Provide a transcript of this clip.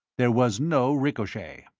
there was no ricochet.